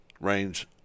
Range